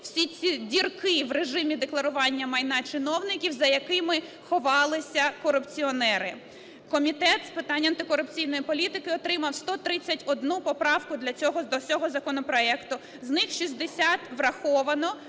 всі ці дірки в режимі декларування майна чиновників, за якими ховалися корупціонери. Комітет з питань антикорупційної політики отримав 131 поправку до цього законопроекту. З них 60 враховано